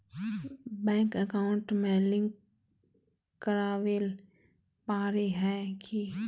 Bank account में link करावेल पारे है की?